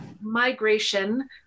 migration